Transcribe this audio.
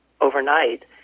overnight